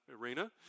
arena